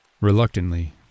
Reluctantly